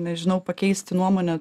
nežinau pakeisti nuomonę